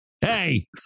Hey